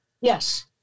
Yes